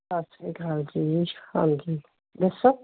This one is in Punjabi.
ਸਤਿ ਸ਼੍ਰੀ ਅਕਾਲ ਜੀ ਹਾਂਜੀ ਦੱਸੋ